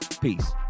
Peace